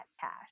cash